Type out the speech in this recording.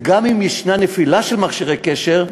וגם אם יש נפילה של מכשירי קשר,